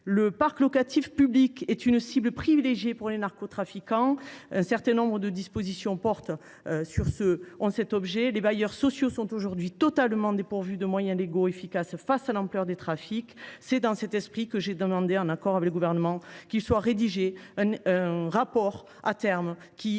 Le parc locatif public est une cible privilégiée pour les narcotrafiquants. Un certain nombre de dispositions portent sur le sujet. Les bailleurs sociaux sont aujourd’hui totalement dépourvus de moyens légaux efficaces face à l’ampleur des trafics. C’est dans cet esprit que j’ai demandé, en accord avec le Gouvernement, la rédaction à terme d’un